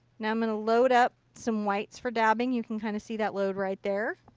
now i'm going to load up some whites for dabbing. you can kind of see that load right there.